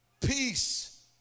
Peace